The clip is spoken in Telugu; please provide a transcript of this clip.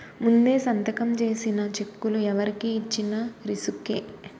ముందే సంతకం చేసిన చెక్కులు ఎవరికి ఇచ్చిన రిసుకే